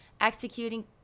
executing